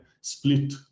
split